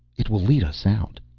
it will lead us out.